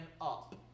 up